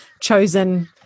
chosen